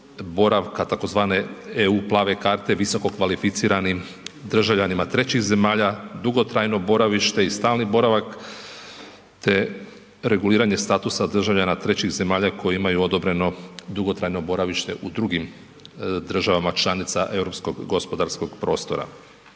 boravka tzv. EU plave karte visokokvalificiranim državljanima trećih zemalja, dugotrajno boravište i stalni boravak te reguliranje statusa državljana trećih zemalja koji imaju odobreno dugotrajno boravište u drugim državama članica europskog gospodarskog prostora.